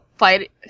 fight